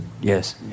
Yes